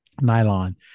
nylon